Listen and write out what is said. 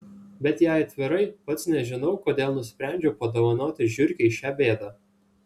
bet jei atvirai pats nežinau kodėl nusprendžiau padovanoti žiurkei šią bėdą